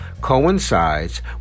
coincides